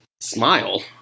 smile